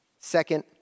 Second